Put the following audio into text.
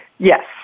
Yes